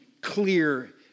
clear